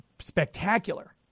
spectacular